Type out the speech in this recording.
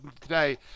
today